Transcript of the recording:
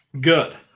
Good